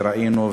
שראינו,